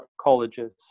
colleges